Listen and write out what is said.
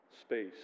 space